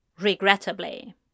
Regrettably